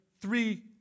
three